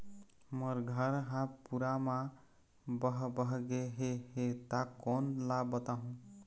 मोर घर हा पूरा मा बह बह गे हे हे ता कोन ला बताहुं?